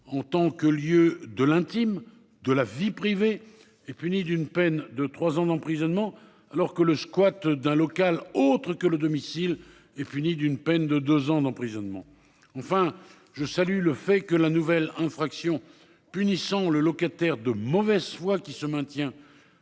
en tant que lieu de l'intime de la vie privée est puni d'une peine de 3 ans d'emprisonnement. Alors que le squat d'un local autre que le domicile est puni d'une peine de 2 ans d'emprisonnement. Enfin, je salue le fait que la nouvelle infraction punissant le locataire de mauvaise foi qui se maintient.